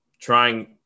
trying